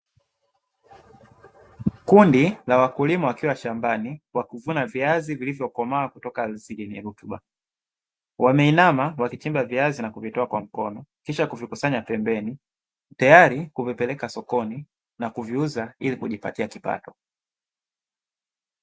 Kundi la wakulima wakiwa shambani, wakivuna viazi vilivyokomaa kutoka ardhi yenye rutuba. Wameinama wakichimba viazi na kuvitoa kwa mkono kisha kuvikisanya pembeni, tayari kuvipeleka sokoni na kuviuza ili kujipatia kipato.